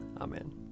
amen